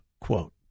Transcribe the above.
quote